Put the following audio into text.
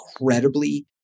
incredibly